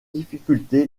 difficulté